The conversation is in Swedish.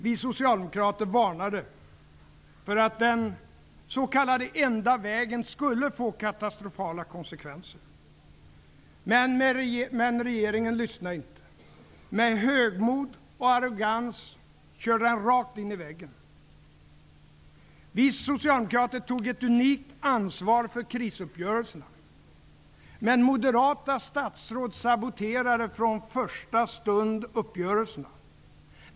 Vi socialdemokrater varnade för att den s.k. enda vägen skulle få katastrofala konsekvenser. Men regeringen lyssnade inte. Med högmod och arrogans körde den rakt in i väggen. Vi socialdemokrater tog ett unikt ansvar för krisuppgörelserna. Men moderata statsråd saboterade från första stund uppgörelserna.